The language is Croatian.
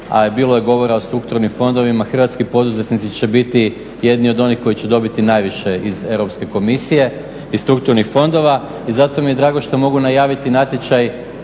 i bilo je govora o strukturnim fondovima, hrvatski poduzetnici će biti jedni od onih koji će dobiti najviše iz Europske komisije iz strukturnih fondova. I zato mi je drago što mogu najaviti natječaj